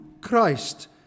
Christ